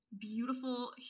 beautiful